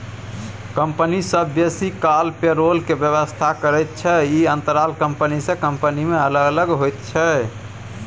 company सब बेसी काल पेरोल के व्यवस्था करैत छै, ई अंतराल कंपनी से कंपनी में अलग अलग होइत छै